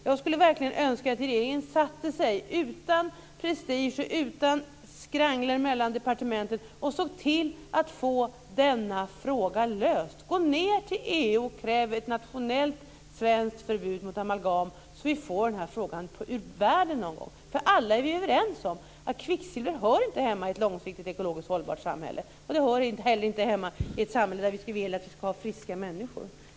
Jag skulle verkligen önska att regeringen satte sig ned utan prestige och utan skrankor mellan departementen för att se till att få denna fråga löst. Åk ned till EU och kräv ett nationellt svenskt förbud mot amalgam så att vi får den här frågan ur världen någon gång! Vi är ju alla överens om att kvicksilver inte hör hemma i ett långsiktigt ekologiskt hållbart samhälle. Det hör heller inte hemma i ett samhälle där vi vill att det ska vara friska människor.